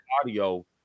audio